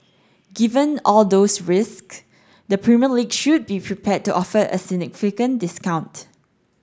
given all those risks the Premier League should be prepared to offer a significant discount